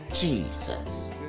Jesus